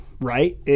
right